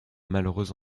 malheureuse